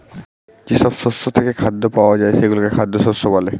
যেসব শস্য থেকে খাদ্য পাওয়া যায় সেগুলোকে খাদ্য শস্য বলে